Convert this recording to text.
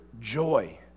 joy